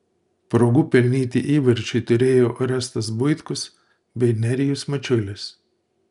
progų pelnyti įvarčiui turėjo orestas buitkus bei nerijus mačiulis